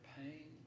pain